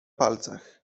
palcach